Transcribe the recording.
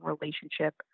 relationship